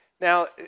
Now